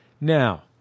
Now